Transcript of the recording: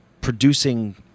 producing